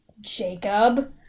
Jacob